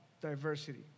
diversity